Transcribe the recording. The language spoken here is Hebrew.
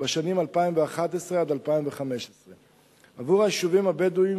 בשנים 2011 2015. עבור היישובים הבדואיים